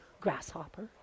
grasshopper